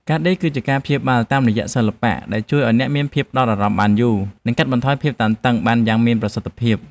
ការដេរគឺជាការព្យាបាលតាមរយៈសិល្បៈ ដែលជួយឱ្យអ្នកមានភាពផ្ដោតអារម្មណ៍បានយូរ និងកាត់បន្ថយភាពតានតឹងបានយ៉ាងមានប្រសិទ្ធភាព។